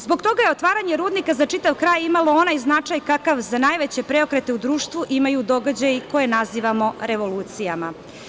Zbog toga je otvaranje rudnika za čitav kraj imalo onaj značaj kakav za najveće preokrete u društvu imaju događaji koje nazivamo revolucijama.